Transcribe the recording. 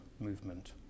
movement